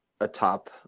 atop